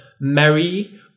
Mary